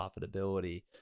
profitability